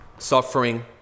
Suffering